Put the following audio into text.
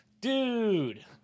Dude